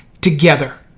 together